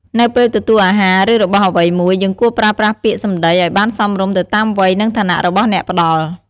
នៅពេលទទួលអាហារ ឬរបស់អ្វីមួយ យើងគួរប្រើប្រាស់ពាក្យសម្ដីឲ្យបានសមរម្យទៅតាមវ័យ និងឋានៈរបស់អ្នកផ្ដល់។